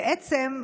בעצם,